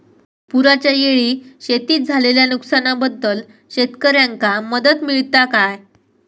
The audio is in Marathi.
पुराच्यायेळी शेतीत झालेल्या नुकसनाबद्दल शेतकऱ्यांका मदत मिळता काय?